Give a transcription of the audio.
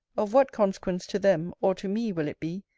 of what consequence to them, or to me, will it be,